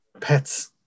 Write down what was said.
pets